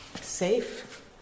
Safe